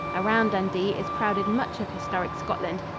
around dundee is crowded much of historic scotland,